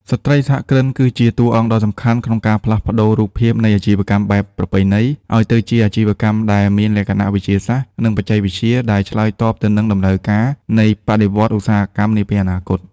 ស្ត្រីសហគ្រិនគឺជាតួអង្គដ៏សំខាន់ក្នុងការផ្លាស់ប្តូររូបភាពនៃអាជីវកម្មបែបប្រពៃណី ឱ្យទៅជាអាជីវកម្មដែលមានលក្ខណៈវិទ្យាសាស្ត្រ និងបច្ចេកវិទ្យា ដែលឆ្លើយតបទៅនឹងតម្រូវការនៃបដិវត្តន៍ឧស្សាហកម្មនាពេលអនាគត។